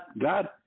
God